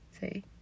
See